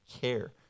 care